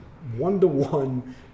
one-to-one